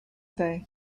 they